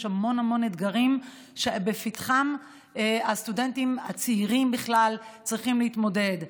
יש המון אתגרים לפתחם והסטודנטים הצעירים צריכים להתמודד.